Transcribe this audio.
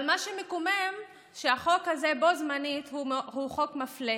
אבל מה שמקומם זה שהחוק הזה הוא בו-זמנית חוק מפלה